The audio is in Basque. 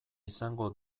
izango